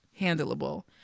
handleable